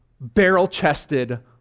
barrel-chested